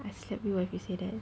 I slap you ah if you say that